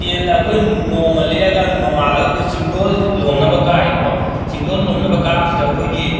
ꯇꯦꯟꯗ ꯑꯩꯈꯣꯏ ꯅꯣꯡꯃ ꯂꯦꯛꯑꯒ ꯅꯣꯡꯉꯥꯜꯂꯒ ꯑꯩꯈꯣꯏ ꯆꯤꯡꯗꯣꯜ ꯂꯣꯝꯅꯕ ꯀꯥꯏꯌꯦꯕꯀꯣ ꯆꯤꯡꯗꯣꯜ ꯂꯣꯝꯅꯕ ꯀꯥꯕꯁꯤꯗ ꯑꯩꯈꯣꯏꯒꯤ